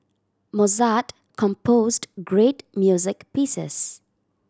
Mozart composed great music pieces